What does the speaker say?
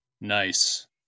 Nice